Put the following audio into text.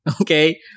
Okay